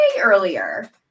earlier